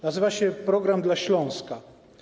Nazywa się „Program dla Śląska”